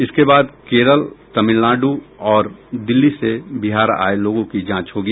इसके बाद केरल तमिलनाडु और दिल्ली से बिहार आये लोगों की जांच होगी